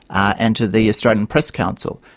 and to the australian press council.